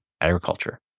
Agriculture